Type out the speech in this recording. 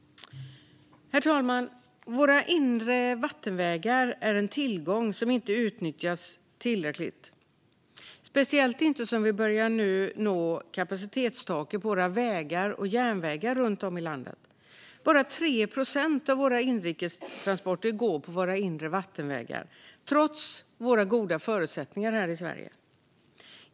Herr talman! Våra inre vattenvägar är en tillgång som inte utnyttjas tillräckligt, speciellt inte som vi börjar nå kapacitetstaket på våra vägar och järnvägar runt om i landet. Bara 3 procent av våra inrikes transporter går på våra inre vattenvägar, trots våra goda förutsättningar här i Sverige.